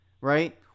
Right